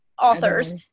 authors